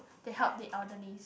to help the elderlies